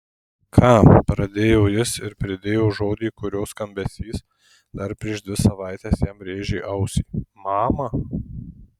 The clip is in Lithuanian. ką pradėjo jis ir pridėjo žodį kurio skambesys dar prieš dvi savaites jam rėžė ausį mama